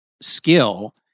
skill